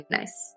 nice